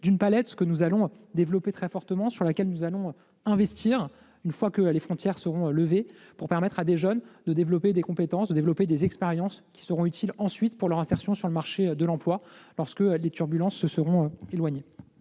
d'une palette que nous allons développer très activement, sur laquelle nous allons investir, une fois que les frontières seront rouvertes, pour permettre à des jeunes d'acquérir des compétences et des expériences qui leur seront utiles lors de leur insertion sur le marché de l'emploi, lorsque les turbulences se seront éloignées.